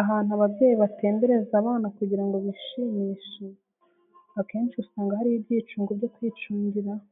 Ahantu ababyeyi batembereza abana kugira ngo bishimishe, akenshi usanga hariyo ibyicungo byo kwicungaho,